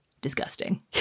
disgusting